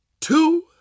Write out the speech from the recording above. two